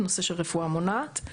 נושא של רפואה מונעת.